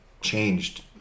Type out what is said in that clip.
changed